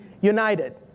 united